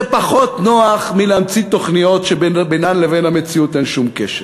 זה פחות נוח מלהמציא תוכניות שבינן לבין המציאות אין שום קשר.